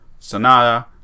Sanada